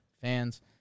fans